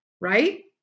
right